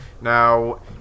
Now